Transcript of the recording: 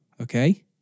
Okay